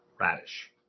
radish